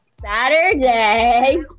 saturday